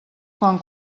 quan